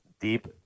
deep